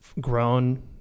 grown